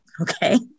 Okay